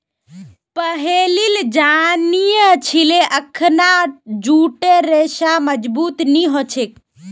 पहिलेल जानिह छिले अखना जूटेर रेशा मजबूत नी ह छेक